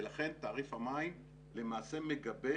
ולכן תעריף המים למעשה מגבה